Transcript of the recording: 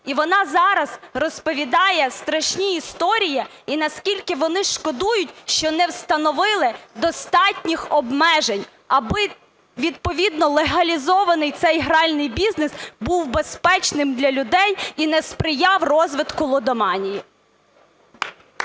І вона зараз розповідає страшні історії і наскільки вони шкодують, що не встановили достатніх обмежень, аби відповідно легалізований цей гральний бізнес був безпечним для людей і не сприяв розвитку лудоманії.